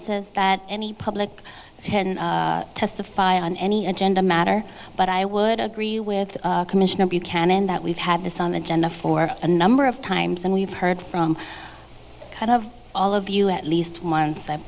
says that any public can testify on any agenda matter but i would agree with commissioner buchanan that we've had this on the agenda for a number of times and we've heard from kind of all of you at least once i